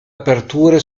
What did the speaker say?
aperture